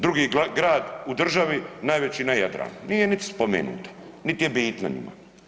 Drugi grad u državi najveći na Jadranu nije niti spomenuta niti je bitna njima.